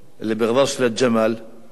אִלְלִי בְּיִקְדַרְש לִלְגַ'מַל בּיעֻצְ'